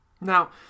Now